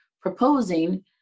proposing